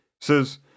says